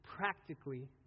practically